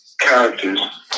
characters